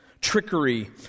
trickery